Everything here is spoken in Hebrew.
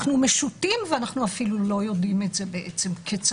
אנחנו משוטים ואנחנו אפילו לא יודעים את זה כצרכנים.